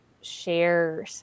share